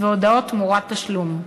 והודעות תמורת תשלום.